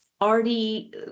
already